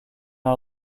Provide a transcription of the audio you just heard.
not